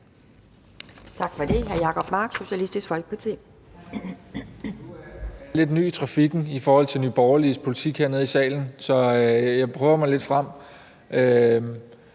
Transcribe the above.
Tak for det. Hr. Jacob Mark, Socialistisk Folkeparti.